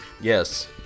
Yes